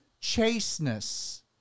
Chasteness